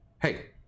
hey